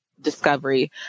discovery